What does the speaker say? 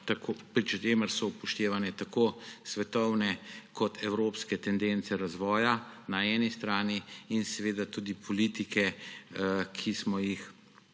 pri čemer so upoštevane tako svetovne kot evropske tendence razvoja na eni strani in tudi politike, ki smo jih postavili